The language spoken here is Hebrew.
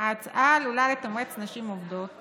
ההצעה עלולה לתמרץ נשים עובדות